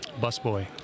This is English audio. Busboy